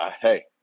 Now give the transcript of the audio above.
hey